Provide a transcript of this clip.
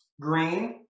green